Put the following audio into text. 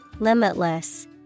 Limitless